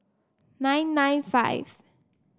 nine nine five